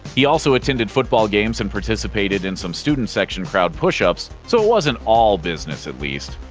he also attended football games and participated in some student section crowd push-ups so it wasn't all business, at least.